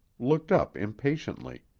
looked up impatiently.